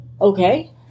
Okay